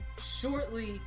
shortly